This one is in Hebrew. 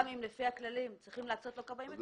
גם אם לפי הכללים צריך להקצות לו כבאים בתשלום,